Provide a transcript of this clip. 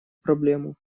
проблему